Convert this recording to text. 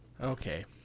Okay